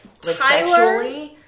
Tyler